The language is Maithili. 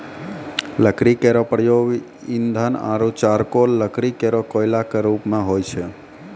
लकड़ी केरो प्रयोग ईंधन आरु चारकोल लकड़ी केरो कोयला क रुप मे होय छै